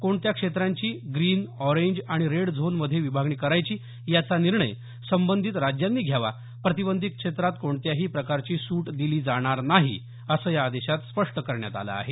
कोणत्या क्षेत्रांची green orange आणि रेड झोन मध्ये विभागणी करायची याचा निर्णय संबंधित राज्यांनी घ्यावा प्रतिबंधित क्षेत्रात कोणत्याही प्रकारची सूट दिली जाणार नाही असं या आदेशात स्पष्ट करण्यात आलं आहे